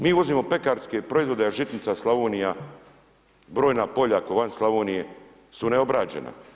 Mi uvozimo pekarske proizvode, a žitnica Slavonija, brojna polja, komad Slavonije su neobrađena.